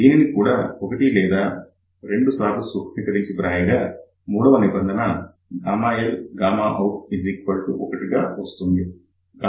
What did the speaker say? దీనిని కూడా ఒకటి లేదా రెండు సార్లు సూక్ష్మీకరించి వ్రాయగా మూడవ నిబంధన Lout1 వస్తుంది